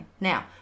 Now